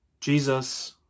Jesus